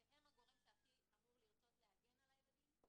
והם הגורם שהכי אמור לרצות להגן על הילדים,